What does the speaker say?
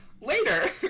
Later